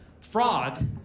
fraud